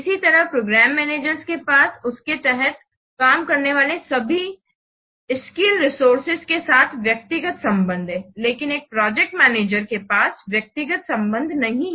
इसी तरह programme managers के पास उसके तहत काम करने वाले सभी स्किल रिसोर्सेज के साथ व्यक्तिगत संबंध हैं लेकिन एक प्रोजेक्ट मैनेजर के पास व्यक्तिगत संबंध नहीं है